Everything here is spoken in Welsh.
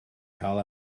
cael